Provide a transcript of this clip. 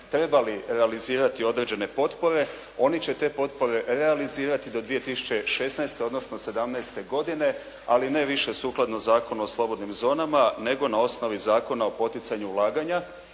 trebali realizirati određene potpore oni će te potpore realizirati do 2016. odnosno 2017. godine ali ne više sukladno Zakonu o slobodnim zonama nego na osnovi Zakona o poticanju ulaganja.